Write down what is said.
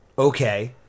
Okay